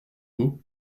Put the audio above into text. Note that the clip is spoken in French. pot